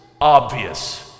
obvious